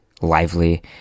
lively